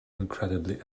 incredibly